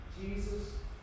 Jesus